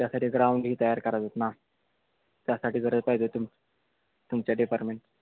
त्यासाठी ग्राउंडही तयार करायचं होत ना त्यासाठी गरज पाहिजे तुम तुमच्या डिपार्टमेंट